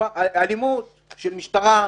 אלימות של משטרה,